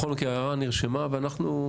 בכל מקרה ההערה נרשמה ואנחנו,